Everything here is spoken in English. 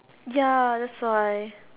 ya that's why